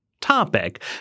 topic